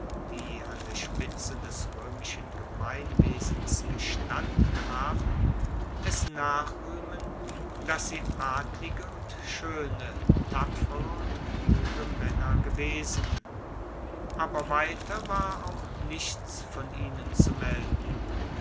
die an der spitze des roemischen gemeinwesens gestanden haben es nachruehmen dass sie adlige und schoene tapfere und kluge maenner gewesen aber weiter war auch nichts von ihnen zu melden